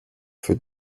für